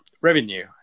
revenue